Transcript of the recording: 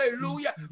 Hallelujah